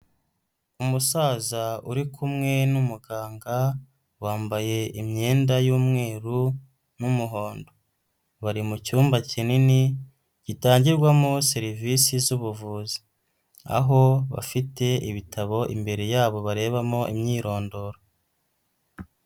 Umusaza uri kumwe n'umuganga wambaye imyenda y'umweru n'umuhondo, bari mu cyumba kinini gitangirwamo serivisi z'ubuvuzi, aho bafite ibitabo imbere yabo barebamo imyirondoro.